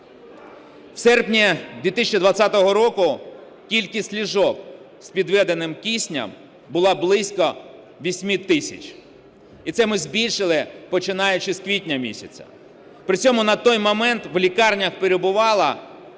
В серпні 2020 року кількість ліжок з підведеним киснем була близько 8 тисяч. І це ми збільшили, починаючи з квітня місяця. При цьому на той момент в лікарнях перебувало